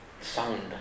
Sound